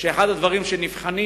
שאחד הדברים שנבחנים,